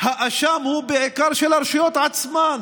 כשהאשם הוא בעיקר של הרשויות עצמן.